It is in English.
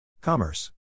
Commerce